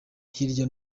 hirya